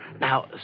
Now